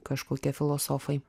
kažkokie filosofai